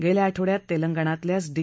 गेल्या आठवडयात तेलगणातल्याच डी